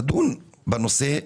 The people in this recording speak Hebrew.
לדון בנושא,